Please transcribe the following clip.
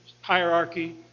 hierarchy